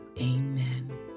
Amen